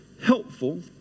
helpful